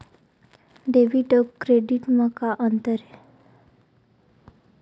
Debit अउ credit म का अंतर हे?